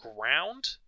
ground